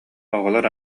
оҕолор